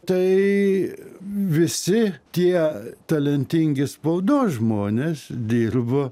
tai visi tie talentingi spaudos žmonės dirbo